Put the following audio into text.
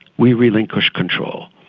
we relinquish control.